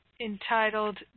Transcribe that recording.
entitled